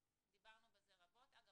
אגב,